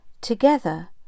Together